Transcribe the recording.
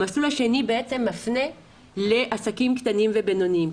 המסלול השני מפנה לעסקים קטנים ובינוניים.